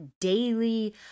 daily